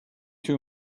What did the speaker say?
too